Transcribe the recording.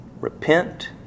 Repent